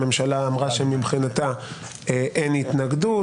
הממשלה אמרה שמבחינתה אין התנגדות